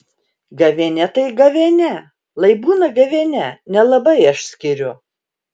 gavėnia tai gavėnia lai būna gavėnia nelabai aš skiriu